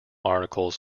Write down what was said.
articles